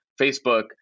Facebook